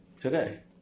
today